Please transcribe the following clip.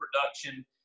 production